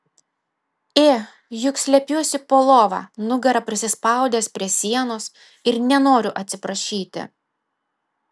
ė juk slepiuosi po lova nugara prisispaudęs prie sienos ir nenoriu atsiprašyti